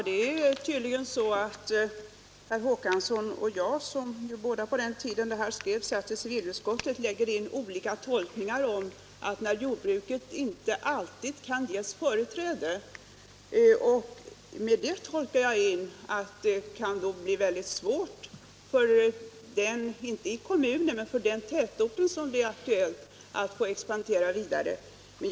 Herr talman! Det är tydligen så att herr Håkansson i Trelleborg och jag, som båda när detta uttalande gjordes satt i civilutskottet, lägger in olika tolkningar i orden om att jordbruket inte alltid kan ges företräde. I det uttalandet tolkar jag in att det kan bli mycket stora svårigheter, inte för kommunen men väl för den tätort som har aktuella planer på ytterligare expansion.